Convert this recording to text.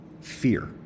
fear